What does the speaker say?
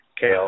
kale